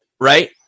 right